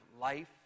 life